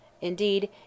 Indeed